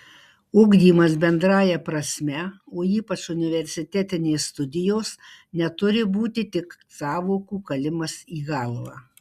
ugdymas bendrąja prasme o ypač universitetinės studijos neturi būti tik sąvokų kalimas į galvą